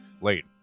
late